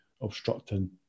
obstructing